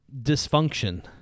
dysfunction